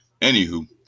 Anywho